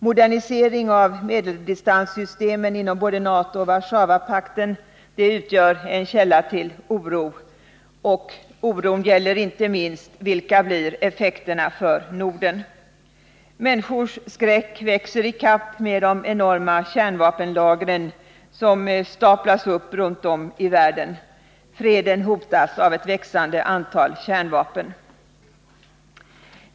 Modernisering av medeldistanssystemen inom både NATO och Warszawapakten utgör en källa till oro. Oron gäller inte minst vilka effekterna blir för Norden. Människors skräck växer i kapp med de enorma kärnvapenlager som staplas upp runt om i världen. Freden hotas av ett växande antal kärnvapen.